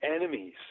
enemies